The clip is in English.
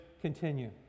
continue